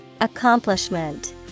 Accomplishment